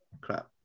crap